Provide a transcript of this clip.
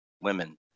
women